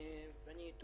תעסוקה למי שהגיש את